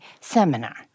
seminar